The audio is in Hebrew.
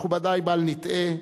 מכובדי, בל נטעה,